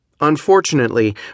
Unfortunately